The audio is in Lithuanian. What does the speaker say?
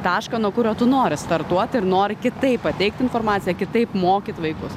tašką nuo kurio tu nori startuoti ir nori kitaip pateikti informaciją kitaip mokyti vaikus